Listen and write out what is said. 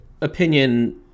opinion